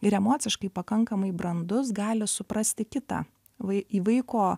ir emociškai pakankamai brandus gali suprasti kitą vai į vaiko